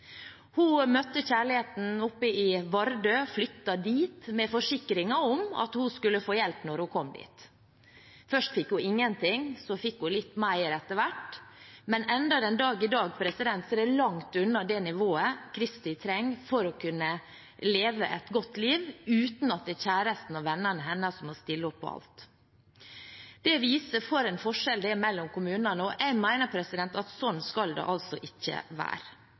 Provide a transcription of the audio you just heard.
Hun møtte kjærligheten i Vardø, flyttet dit med forsikringer om at hun skulle få hjelp når hun kom dit. Først fikk hun ingenting, så fikk hun litt etter hvert, men enda den dag i dag er det langt unna det nivået Christi trenger for å kunne leve et godt liv uten at kjæresten og vennene hennes må stille opp på alt. Det viser hvilken forskjell det er mellom kommunene, og jeg mener at slik skal det ikke være.